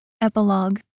Epilogue